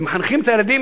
ומחנכים את הילדים,